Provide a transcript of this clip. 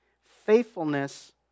Faithfulness